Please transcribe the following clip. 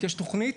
יש תוכנית,